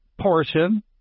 portion